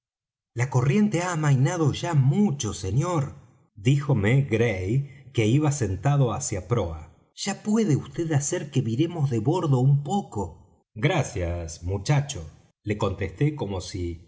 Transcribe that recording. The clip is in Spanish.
la playa la corriente ha amainado ya mucho señor díjome gray que iba sentado hacia proa ya puede vd hacer que viremos de bordo un poco gracias muchacho le contesté como si